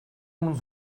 өмнө